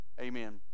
Amen